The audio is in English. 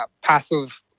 passive